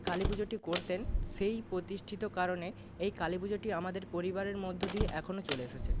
কালীপুজোটি করতেন সেই প্রতিষ্ঠিত কারণে এই কালীপুজোটি আমাদের পরিবারের মধ্য দিয়ে এখনও চলে এসেছে